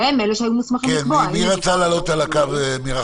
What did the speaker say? שהם אלה שהיו מוסמכים לקבוע האם מדובר בצורך חיוני או